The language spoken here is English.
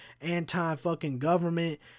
anti-fucking-government